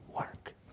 work